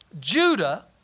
Judah